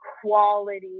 quality